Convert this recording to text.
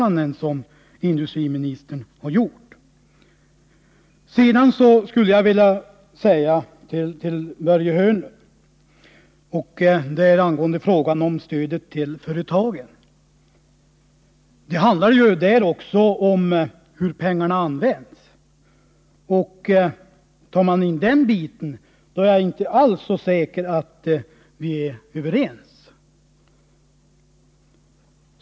Angående frågan om stödet till företagen skulle jag vilja säga till Börje Hörnlund att det i detta sammanhang också handlar om hur pengarna används. Om man tar det i beaktande, då är jag inte alls så säker på att vi är överens.